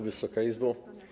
Wysoka Izbo!